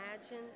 imagine